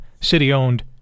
city-owned